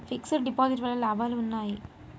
Fix డ్ deposit వల్ల లాభాలు ఉన్నాయి?